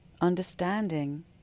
understanding